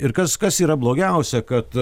ir kas kas yra blogiausia kad